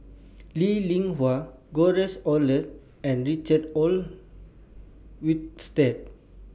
Lee Li Hui George Oehlers and Richard Olaf Winstedt